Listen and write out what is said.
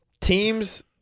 Teams